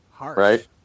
Right